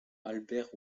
albert